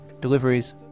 deliveries